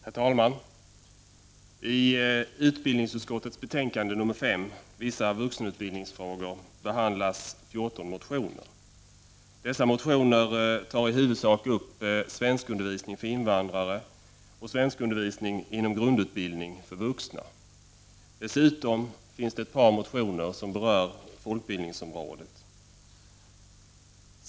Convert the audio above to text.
Herr talman! I utbildningsutskottets betänkande nr 5, Vissa vuxenutbildningsfrågor, behandlas 14 motioner. Dessa motioner tar i huvudsak upp svenskundervisning för invandrare och svenskundervisning inom grundutbildning för vuxna. Dessutom finns ett par motioner som berör folkbildningsområdet.